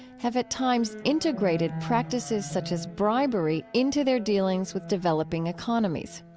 have, at times, integrated practices such as bribery into their dealings with developing economies.